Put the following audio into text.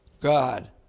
God